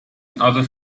other